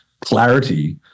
Clarity